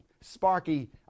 sparky